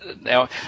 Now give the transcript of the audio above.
Now